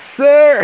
sir